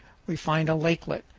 we find a lakelet.